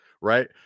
right